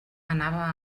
anava